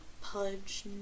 Pudge